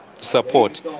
support